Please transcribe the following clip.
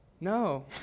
No